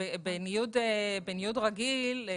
בניוד רגיל,